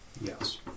Yes